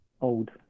old